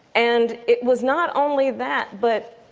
and it was not only that but.